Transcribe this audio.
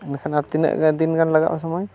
ᱤᱱᱟᱹᱠᱷᱟᱱ ᱟᱨ ᱛᱤᱱᱟᱹᱜ ᱫᱤᱱ ᱜᱟᱱ ᱞᱟᱜᱟᱣᱚᱜᱼᱟ ᱥᱚᱢᱚᱭ